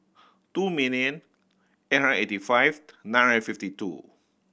two million eight hundred eighty five nine hundred fifty two